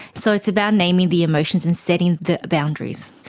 so it's about naming the emotions and setting the boundaries.